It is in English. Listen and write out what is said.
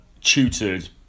tutored